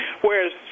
Whereas